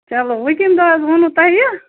چلو وۄنۍ کَمہِ دۄہ حظ ووٚنُو تۄہہِ